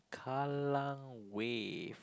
Kallang Wave